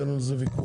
אין על זה ויכוח.